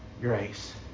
grace